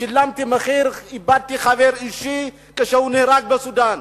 שילמתי מחיר, איבדתי חבר אישי שנהרג בסודן.